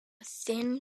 thin